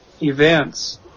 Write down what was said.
events